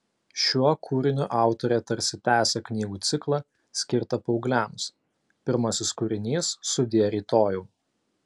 šiuo kūriniu autorė tarsi tęsia knygų ciklą skirtą paaugliams pirmasis kūrinys sudie rytojau